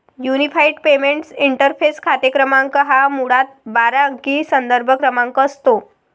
unified payments interface खाते क्रमांक हा मुळात बारा अंकी संदर्भ क्रमांक असतो